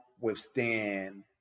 withstand